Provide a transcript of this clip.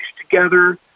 together